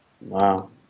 Wow